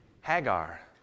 Hagar